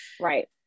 Right